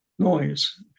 noise